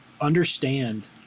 understand